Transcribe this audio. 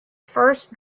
first